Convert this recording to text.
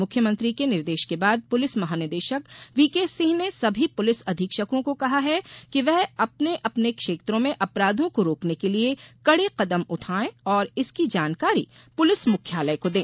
मुख्यमंत्री के निर्देश के बाद पुलिस महानिदेशक वीके सिंह ने सभी पुलिस अधीक्षकों को कहा है कि वे अपने अपने क्षेत्रों में अपराधों को रोकने के लिये कड़े कदम उठाएं और इसकी जानकारी पुलिस मुख्यालय को दें